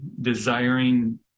desiring